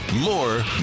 More